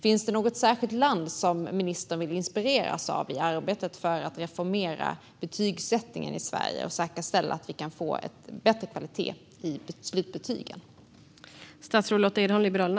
Finns det något särskilt land som ministern vill inspireras av i arbetet för att reformera betygsättningen i Sverige och säkerställa att vi kan få bättre kvalitet på slutbetygen?